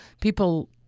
people